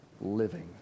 living